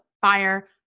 Fire